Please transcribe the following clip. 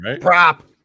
prop